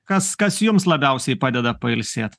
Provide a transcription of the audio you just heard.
kas kas jums labiausiai padeda pailsėt